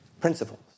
principles